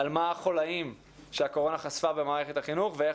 על מה החוליים שהקורונה חשפה במערכת החינוך ואיך